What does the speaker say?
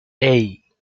hey